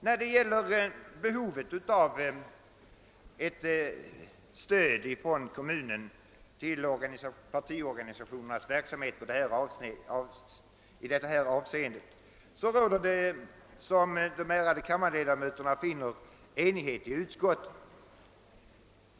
När det gäller frågan om behovet av ett kommunalt partistöd till partiorganisationernas verksamhet i dessa avseenden råder det, såsom de ärade kammarledamöterna känner till, enighet i utskottet.